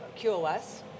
QoS